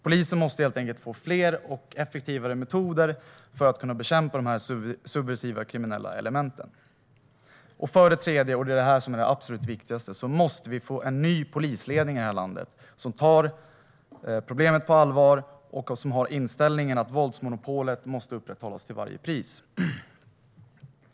Polisen måste helt enkelt få fler och effektivare metoder för att kunna bekämpa dessa subversiva kriminella element. För det tredje - och detta är det absolut viktigaste - måste vi få en ny polisledning i det här landet, en ledning som tar problemet på allvar och har inställningen att våldsmonopolet måste upprätthållas till varje pris.